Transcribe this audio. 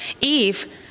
Eve